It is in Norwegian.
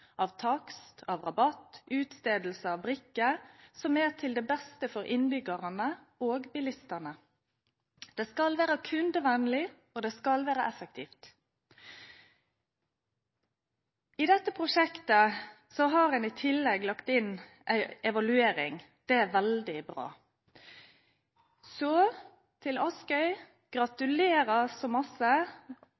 av takst, rabatt og utstedelse av brikker som er til det beste for innbyggerne og bilistene. Det skal være kundevennlig, og det skal være effektivt. I dette prosjektet har en i tillegg lagt inn en evaluering. Det er veldig bra. Så, til Askøy: